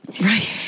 Right